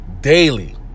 Daily